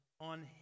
on